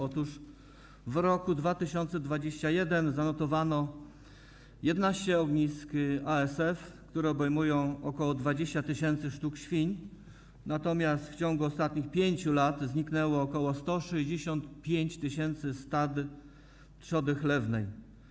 Otóż w roku 2021 zanotowano 11 ognisk ASF, które obejmują ok. 20 tys. sztuk świń, natomiast w ciągu ostatnich 5 lat zniknęło ok. 165 tys. stad trzody chlewnej.